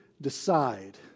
decide